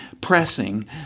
pressing